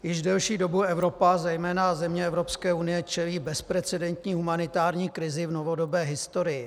Již delší dobu Evropa, zejména země Evropské unie, čelí bezprecedentní humanitární krizi v novodobé historii.